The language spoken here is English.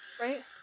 Right